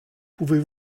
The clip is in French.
pouvez